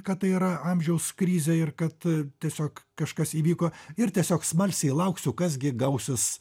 kad tai yra amžiaus krizė ir kad tiesiog kažkas įvyko ir tiesiog smalsiai lauksiu kas gi gausis